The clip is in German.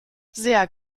sehr